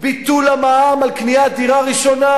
ביטול המע"מ על קניית דירה ראשונה.